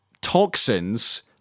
toxins